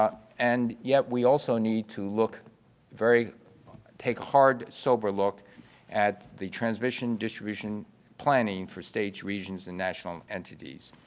ah and yet we also need to look very take a hard, sober look at the transmission distribution planning for states, regions and national entities.